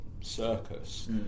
circus